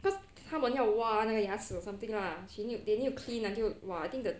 cause 他们要挖那个牙齿 or something lah she need they need to clean until !wah! I think the